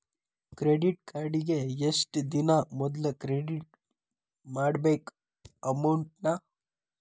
credit ಕಾರ್ಡಿಗಿ ಎಷ್ಟ ದಿನಾ ಮೊದ್ಲ ಕ್ರೆಡಿಟ್ ಮಾಡ್ಬೇಕ್ ಅಮೌಂಟ್ನ